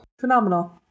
Phenomenal